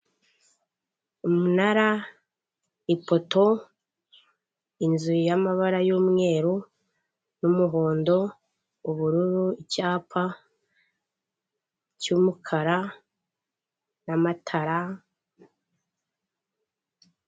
Umunara, ipoto, inzu y'amabara y'umweru n'umuhondo, ubururu, icyapa cy'umukara n'amatara.